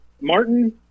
Martin